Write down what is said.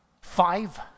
five